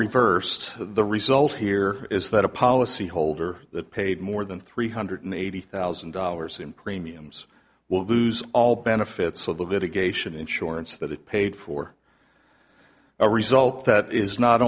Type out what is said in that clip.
reversed the result here is that a policy holder that paid more than three hundred eighty thousand dollars in premiums will lose all benefits so the litigation insurance that it paid for a result that is not